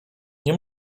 nie